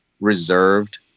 reserved